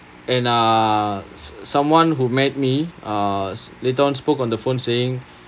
and err s~ someone who met me uh s~ later on spoke on the phone saying